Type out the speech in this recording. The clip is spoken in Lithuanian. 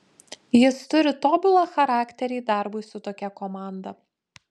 jis turi tobulą charakterį darbui su tokia komanda